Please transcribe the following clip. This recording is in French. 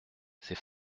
ces